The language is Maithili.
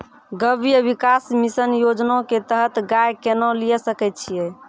गव्य विकास मिसन योजना के तहत गाय केना लिये सकय छियै?